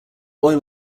oil